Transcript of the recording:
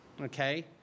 okay